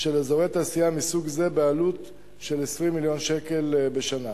של אזורי תעשייה מסוג זה בעלות של 20 מיליון שקל בשנה.